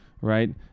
right